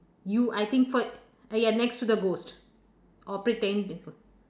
you I think for uh ya next to the ghost or pretendi~